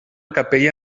capella